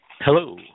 hello